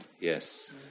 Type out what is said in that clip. Yes